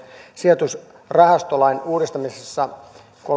sijoitusrahastolain uudistamisesta että kun